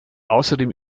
außerdem